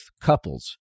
couples